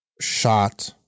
shot